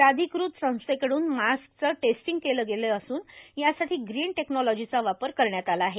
प्राधिकृत संस्थेकडून मास्कच टेस्टींग केला असून यासाठी ग्रीन टेक्नॉलॉजीचा वापर करण्यात आला आहे